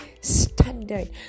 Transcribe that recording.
standard